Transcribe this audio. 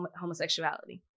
homosexuality